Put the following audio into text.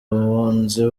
abunzi